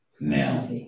Now